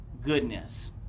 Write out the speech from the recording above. goodness